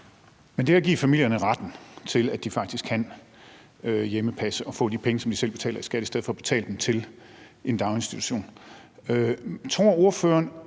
i det at give familierne retten til, at de faktisk kan hjemmepasse og få de penge, som de selv betaler i skat, i stedet for at betale dem til en daginstitution?